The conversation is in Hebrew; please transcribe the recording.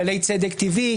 כללי צדק טבעי,